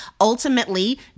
ultimately